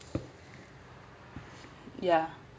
yeah